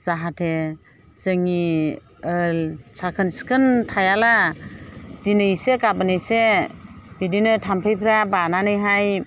जाहाथे जोंनि साखोन सिखोन थायाला दिनै एसे गाबोन एसे बिदिनो थामफैफ्रा बायनानैहाय